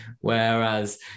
Whereas